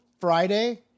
Friday